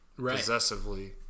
possessively